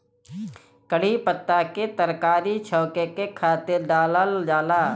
कढ़ी पत्ता के तरकारी छौंके के खातिर डालल जाला